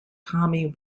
tommy